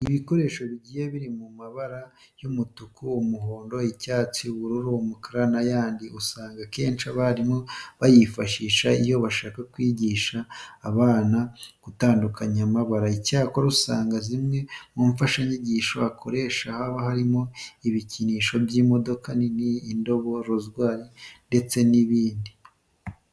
Ibikoresho bigiye biri mu mabara y'umutuku, umuhondo, icyatsi, ubururu, umukara n'ayandi usanga akenshi abarimu babyifashisha iyo bashaka kwigisha abana gutandukanya amabara. Icyakora usanga zimwe mu mfashanyigisho akoresha haba harimo ibikinisho by'imodoka nini, indobo, rozwari ndetse n'ibindi.